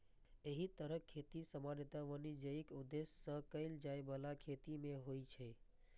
एहि तरहक खेती सामान्यतः वाणिज्यिक उद्देश्य सं कैल जाइ बला खेती मे होइ छै